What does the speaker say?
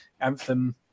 anthem